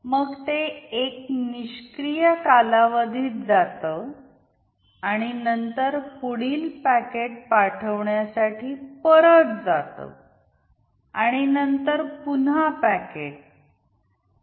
मग ते एक निष्क्रिय कालावधीत जाते आणि नंतर पुढील पॅकेट पाठवण्यासाठी परत जात आणि नंतर पुन्हा पॅकेट